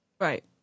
Right